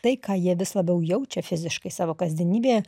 tai ką jie vis labiau jaučia fiziškai savo kasdienybėje